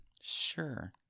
Sure